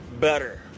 better